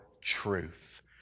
truth